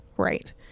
right